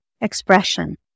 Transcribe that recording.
expression